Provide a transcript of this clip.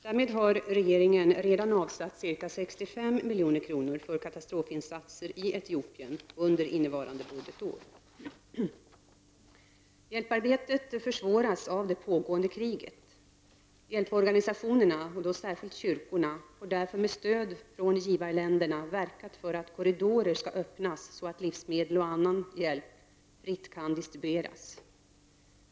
Därmed har regeringen redan avsatt ca 65 milj.kr. för katastrofinsatser i Etiopien under innevarande budgetår. Hjälparbetet försvåras av det pågående kriget. Hjälporganisationerna — särskilt kyrkorna — har därför med stöd från givarländerna verkat för att korridorer skall öppnas så att livsmedel och annan hjälp fritt kan distribueras.